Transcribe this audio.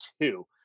two